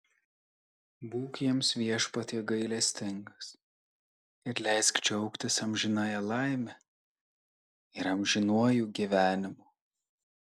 būk jiems viešpatie gailestingas ir leisk džiaugtis amžinąja laime ir amžinuoju gyvenimu